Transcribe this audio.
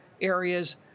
areas